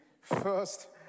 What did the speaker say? First